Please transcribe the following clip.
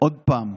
עוד פעם,